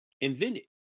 invented